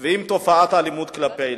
עם תופעת האלימות כלפי ילדים.